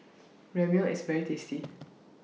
Ramyeon IS very tasty